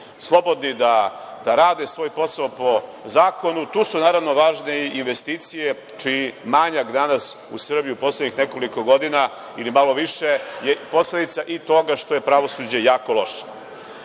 slobodni da rade svoj posao po zakonu. Tu su, naravno, važne i investicije čiji manjak danas u Srbiji u poslednjih nekoliko godina ili malo više je posledica i toga što je pravosuđe jako loše. Šta